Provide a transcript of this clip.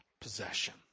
possession